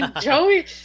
Joey